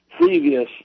previous